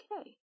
Okay